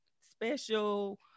special